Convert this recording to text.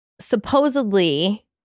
supposedly